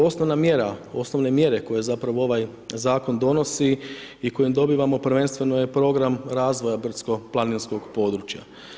Osnovna mjera, osnovne mjere koje zapravo ovaj zakon donosi i kojim dobivamo prvenstveno je program razvoja brdsko planinskog područja.